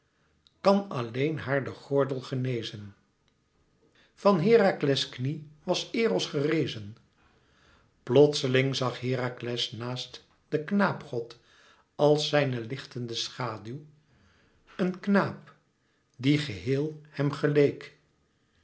kan alleen haar de gordel genezen van herakles knie was eros gerezen plotseling zag herakles naast den knaapgod als zijne lichtende schaduw een knaap die geheel hem geleek